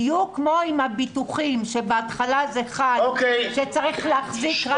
בדיוק כמו עם הביטוחים שבהתחלה זה חל שצריך להחזיק רק...